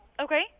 Okay